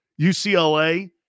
UCLA